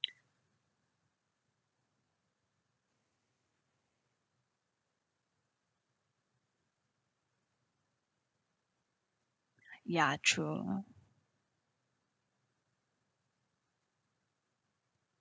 ya true